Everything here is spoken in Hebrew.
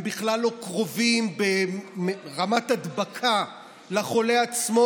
הם בכלל לא קרובים ברמת הדבקה לחולה עצמו,